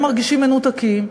והם מרגישים מנותקים,